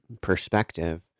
perspective